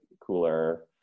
cooler